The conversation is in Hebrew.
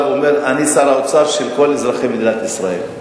הוא אומר: אני שר האוצר של כל אזרחי מדינת ישראל,